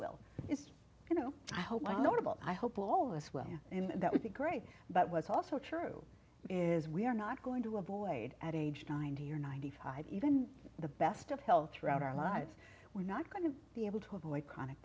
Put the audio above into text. will is you know i hope notable i hope all is well and that would be great but what's also true is we are not going to avoid at age ninety or ninety five even the best of health throughout our lives we're not going to be able to avoid conic